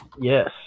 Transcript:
Yes